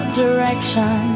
direction